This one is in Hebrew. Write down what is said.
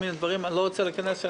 אני לא רוצה להיכנס לזה,